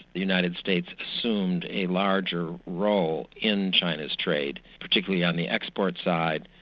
the united states assumed a larger role in china's trade, particularly on the export side,